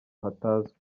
hatazwi